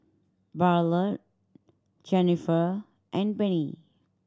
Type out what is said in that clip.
Ballard Jenniffer and Penni